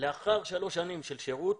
לאחר שלוש שנות שירות,